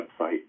website